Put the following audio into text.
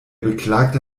beklagte